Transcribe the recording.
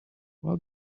while